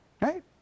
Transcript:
Right